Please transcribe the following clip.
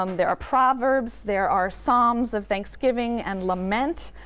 um there are proverbs, there are psalms of thanksgiving and lament.